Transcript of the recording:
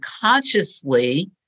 consciously